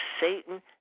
Satan